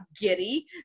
giddy